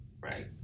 right